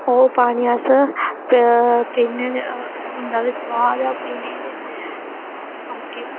ओह् पानी अस पीन्ने होन्ने होंदा बी सुआद ते बाकी